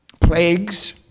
Plagues